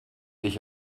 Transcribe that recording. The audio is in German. dich